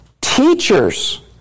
teachers